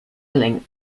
killing